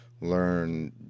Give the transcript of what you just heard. learn